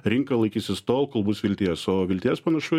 rinka laikysis tol kol bus vilties o vilties panašu